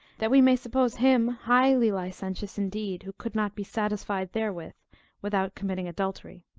that we may suppose him highly licentious indeed, who could not be satisfied therewith, without committing adultery.